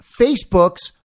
Facebook's